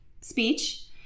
speech